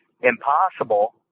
impossible